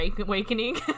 awakening